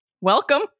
welcome